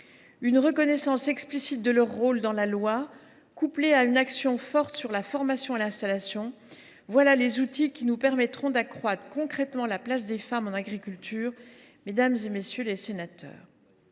Une reconnaissance explicite de leur rôle dans la loi, couplée à une action forte en matière de formation et d’installation : tels sont les outils qui nous permettront d’accroître concrètement la place des femmes en agriculture, mesdames, messieurs les sénateurs.